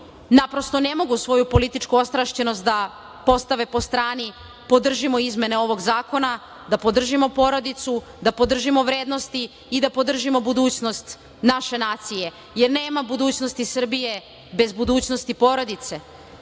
naprosto ne mogu svoju političku ostrašćenost da ostave po strani, podržimo izmene ovog zakona, da podržimo porodicu, da podržimo vrednosti i da podržimo budućnost naše nacije. Nema budućnosti Srbije bez budućnosti porodice.